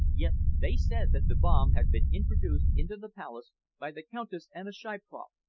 yet they said that the bomb had been introduced into the palace by the countess anna shiproff,